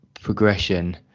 progression